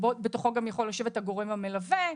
שבתוכו גם יכול לשבת הגורם המלווה.